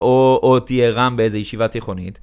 או תהיה רם באיזה ישיבה תיכונית.